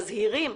מזהירים.